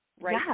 right